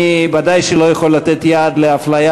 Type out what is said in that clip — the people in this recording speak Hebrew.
אני בוודאי לא יכול לתת יד לאפליה,